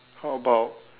how about